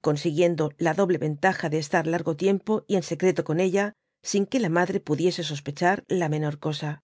consiguiendo la doble vantaja de estar largo tiempo y en secreto con ella sin que la madre pudiese sospechar la menor cosa